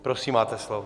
Prosím, máte slovo.